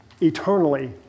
eternally